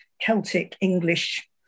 Celtic-English